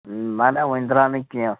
نہ نہ ؤنۍ دراو نہ کینٛہہ